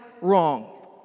wrong